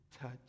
touch